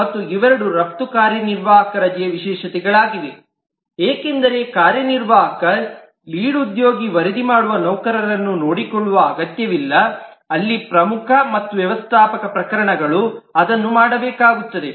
ಮತ್ತು ಇವೆರಡೂ ರಫ್ತು ಕಾರ್ಯನಿರ್ವಾಹಕ ರಜೆಯ ವಿಶೇಷತೆಗಳಾಗಿವೆ ಏಕೆಂದರೆ ಕಾರ್ಯನಿರ್ವಾಹಕ ಲೀಡ್ ಉದ್ಯೋಗಿ ವರದಿ ಮಾಡುವ ನೌಕರರನ್ನು ನೋಡಿಕೊಳ್ಳುವ ಅಗತ್ಯವಿಲ್ಲ ಅಲ್ಲಿ ಪ್ರಮುಖ ಮತ್ತು ವ್ಯವಸ್ಥಾಪಕ ಪ್ರಕರಣಗಳು ಅದನ್ನು ಮಾಡಬೇಕಾಗುತ್ತದೆ